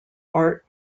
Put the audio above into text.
art